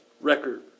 Record